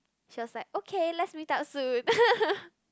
she was like okay let's meet up soon